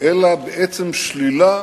אלא בעצם שלילה